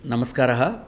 नमस्कारः